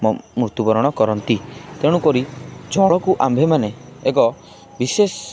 ମୃତ୍ୟୁବରଣ କରନ୍ତି ତେଣୁକରି ଜଳକୁ ଆମ୍ଭେମାନେ ଏକ ବିଶେଷ